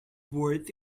worth